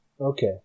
Okay